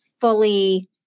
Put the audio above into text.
fully